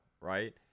right